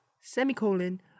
Semicolon